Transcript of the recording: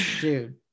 dude